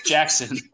Jackson